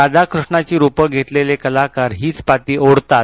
राधा कृष्णाची रूपं घेतलेले कलाकार हीच पाती ओढतात